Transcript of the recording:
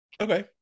Okay